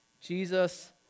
Jesus